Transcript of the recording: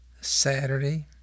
Saturday